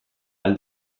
ahal